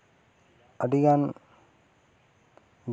ᱟᱹᱰᱤᱜᱟᱱ